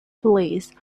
police